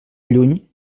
lluny